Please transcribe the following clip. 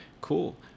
Cool